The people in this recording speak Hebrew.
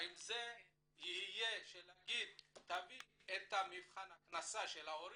האם יגידו "תביא את מבחן ההכנסה של ההורים"